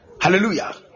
Hallelujah